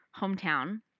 hometown